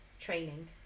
training